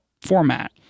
format